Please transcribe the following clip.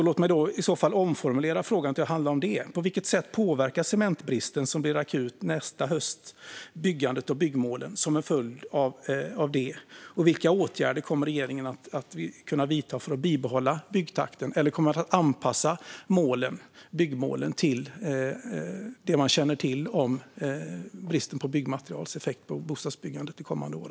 Låt mig omformulera frågan till att handla om det: På vilket sätt påverkar cementbristen, som blir akut nästa höst, byggandet och som en följd av det byggmålen? Vilka åtgärder kommer regeringen att kunna vidta för att bibehålla byggtakten? Eller kommer man att anpassa byggmålen till det man känner till om effekten på bostadsbyggandet av bristen på byggmaterial kommande år?